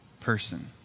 person